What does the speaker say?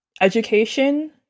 education